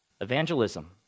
evangelism